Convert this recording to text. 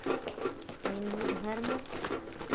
हिंदू धर्म